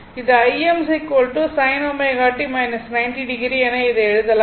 இது Im sin ω t 90o என இதை எழுதலாம்